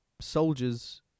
soldiers